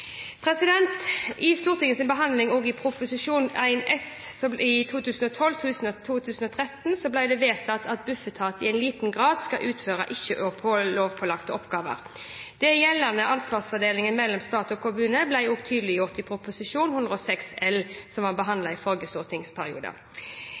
I Stortingets behandling av Prop. 1 S for 2012–2013 ble det vedtatt at Bufetat i liten grad skal utføre ikke-lovpålagte oppgaver. Den gjeldende ansvarsfordelingen mellom stat og kommune ble også tydeliggjort i Prop. 106 L for 2012–2013, som ble behandlet i forrige stortingsperiode.